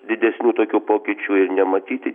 didesnių tokių pokyčių ir nematyti